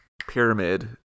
pyramid